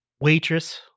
Waitress